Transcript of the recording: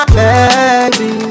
baby